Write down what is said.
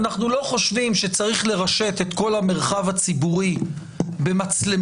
אנחנו לא חושבים שצריך לרשת את כל המרחב הציבורי במצלמות,